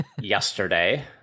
yesterday